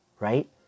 right